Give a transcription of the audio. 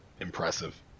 impressive